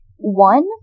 one